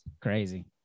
Crazy